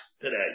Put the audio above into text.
today